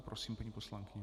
Prosím, paní poslankyně.